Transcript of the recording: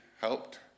helped